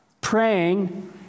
praying